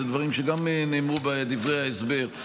אלה דברים שגם נאמרו בדברי ההסבר,